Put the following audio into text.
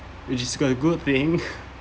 you just got a good thing